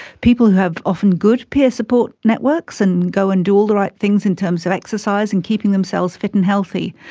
people who have often good peer support networks and go and do all the right things in terms of exercise and keeping themselves fit and healthy.